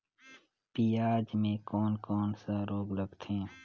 पियाज मे कोन कोन सा रोग लगथे?